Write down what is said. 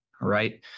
right